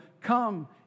Come